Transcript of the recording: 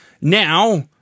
now